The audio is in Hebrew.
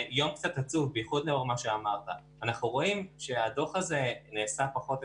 בדרך-כלל כשדנים בדוחות מבקר אז רואים את הדוח האחרון,